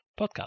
podcast